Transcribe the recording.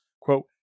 quote